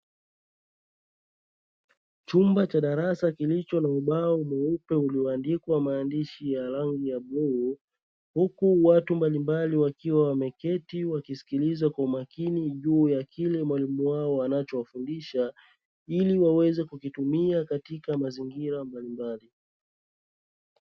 Chumba cha darasa kilicho na ubao mweupe ulioandikwa maandishi ya rangi ya bluu huku watu mbalimbali wakiwa wameketi wakisikiliza kwa makini juu ya kile mwalimu wao anachowafundisha, ili waweze kukitumia katika mazingira mbalimbali.